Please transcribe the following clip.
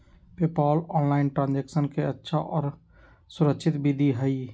PayPal online transaction के अच्छा और सुरक्षित विधि हई